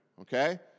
okay